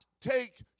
take